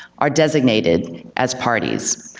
are designated as parties.